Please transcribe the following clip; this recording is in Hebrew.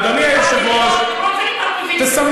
אדוני היושב-ראש, אף שאני באופוזיציה.